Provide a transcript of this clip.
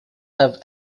have